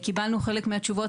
קיבלנו חלק מהתשובות.